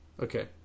okay